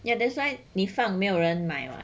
ya that's why 你放没有人买吗